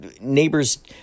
neighbors